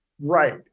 Right